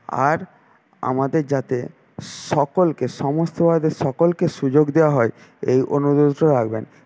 আর আমাদের যাতে সকলকে সমস্তভাবে সকলকে সুযোগ দেওয়া হয় এই অনুরোধটা রাখবেন